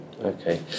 Okay